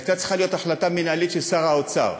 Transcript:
הייתה צריכה להיות החלטה מינהלית של שר האוצר,